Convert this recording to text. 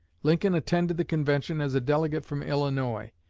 lincoln attended the convention as a delegate from illinois.